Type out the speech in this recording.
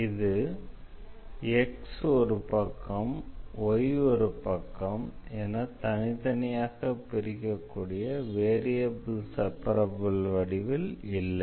இது x ஒரு பக்கம் y ஒரு பக்கம் என தனித்தனியாக பிரிக்ககூடிய வேரியபிள் செப்பரப்பிள் வடிவில் இல்லை